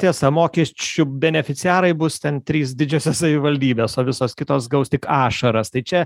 tiesa mokesčių beneficiarai bus ten trys didžiosios savivaldybės o visos kitos gaus tik ašaras tai čia